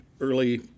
early